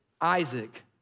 Isaac